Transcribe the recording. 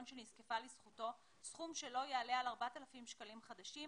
שנזקפה לזכותו סכום שלא יעלה על 4,000 שקלים חדשים,